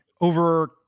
over